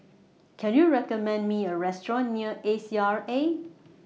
Can YOU recommend Me A Restaurant near A C R A